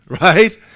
right